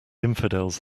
infidels